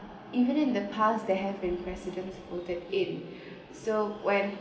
even in the past there have been residents voted him so when